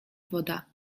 woda